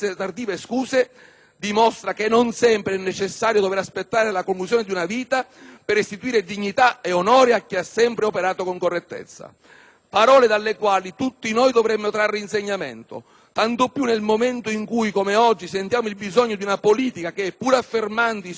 dimostra che non sempre è necessario dover aspettare la conclusione di una vita per restituire dignità e onore a chi ha sempre operato con correttezza. Parole dalle quali tutti noi dovremmo trarre insegnamento, tanto più in un momento come quello attuale in cui sentiamo il bisogno di una politica che, pur affermando i suoi ruoli di appartenenza,